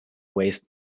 waste